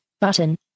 Button